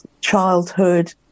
childhood